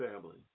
family